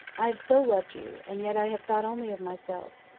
i have so loved you and yet i have thought only of myself.